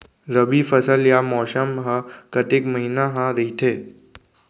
रबि फसल या मौसम हा कतेक महिना हा रहिथे?